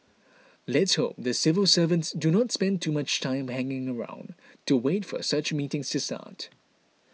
let's hope the civil servants do not spend too much time hanging around to wait for such meetings to start